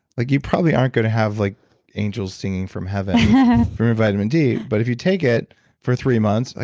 like you probably aren't going to have like angels singing from heaven from your vitamin d, but if you take it for three months, ah